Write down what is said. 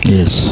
Yes